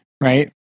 Right